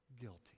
guilty